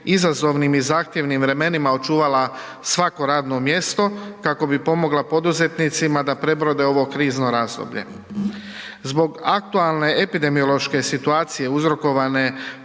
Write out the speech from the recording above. izazovnim i zahtjevnim vremenima očuvala svako radno mjesto, kako bi pomogla poduzetnicima da prebrode ovo krizno razdoblje. Zbog aktualne epidemiološke situacije uzrokovane